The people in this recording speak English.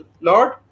Lord